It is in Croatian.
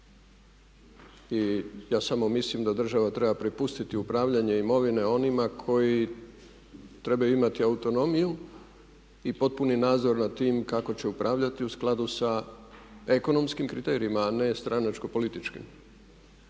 i ja samo mislim da država treba prepustiti upravljanje imovine onima koji trebaju imati autonomiju i potpuni nadzor nad time kako će upravljati u skladu sa ekonomskim kriterijima a ne stranačko političkim.